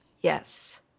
Yes